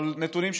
אבל נתונים,